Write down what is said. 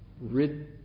rid